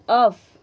off